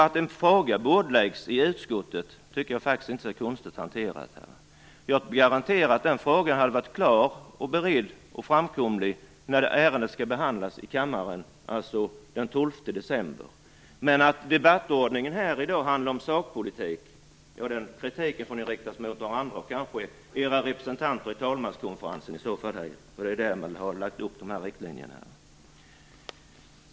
Att en fråga bordläggs i utskottet tycker jag faktiskt inte är en konstig hantering. Jag garanterar att den frågan är klar och beredd när ärendet skall behandlas i kammaren den 12 december. Men kritiken för att debattordningen här i dag anger sakpolitik får ni rikta mot några andra, kanske era representanter i talmanskonferensen. Det är där man har dragit upp de här riktlinjerna.